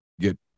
get